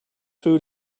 food